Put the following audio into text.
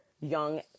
young